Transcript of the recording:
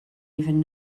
even